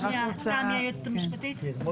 תמי, היועצת המשפטית, בבקשה.